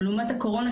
לעומת הקורונה,